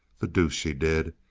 the deuce she did!